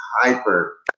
hyper